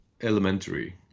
elementary